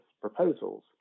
proposals